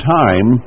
time